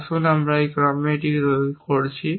আসুন আমরা এই ক্রমে এটি করছি